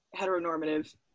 heteronormative